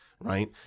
Right